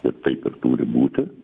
ir taip ir turi būti